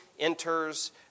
enters